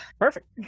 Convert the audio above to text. perfect